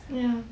ya